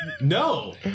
No